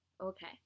Okay